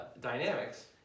dynamics